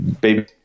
baby